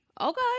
Okay